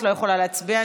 את לא יכולה להצביע,